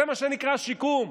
זה מה שנקרא שיקום.